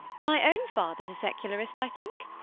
my own father's a secularist, i think.